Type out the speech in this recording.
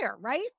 right